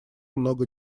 много